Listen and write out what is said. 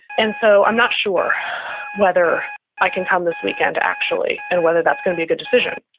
and so i'm not sure whether i can come this weekend actually and whether that's going to be a good decision.